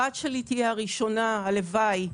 הבת שלי תהיה הראשונה, הלוואי,